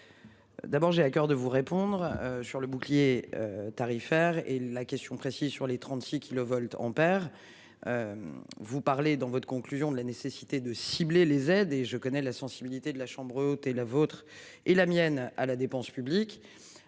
D'abord j'ai à coeur de vous répondre sur le bout. Qui est. Tarifaire et la question précise sur les 36. Kilovoltampères. Vous parlez dans votre conclusion de la nécessité de cibler les aides et je connais la sensibilité de la chambre haute et la vôtre et la mienne à la dépense publique.